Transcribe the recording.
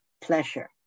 pleasure